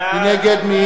מי נגד?